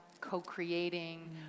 co-creating